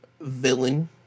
villain